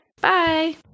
Bye